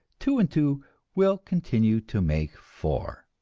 two and two will continue to make four.